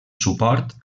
suport